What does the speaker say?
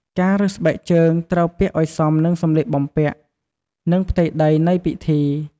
ការរើសស្បែកជើងត្រូវពាក់ឲ្យសមនឹងសម្លៀកបំពាក់និងផ្ទៃដីនៃពិធី។